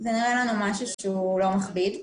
זה נראה לנו משהו שהוא לא מכביד.